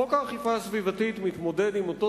חוק האכיפה הסביבתית מתמודד עם אותו